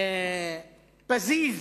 פזיז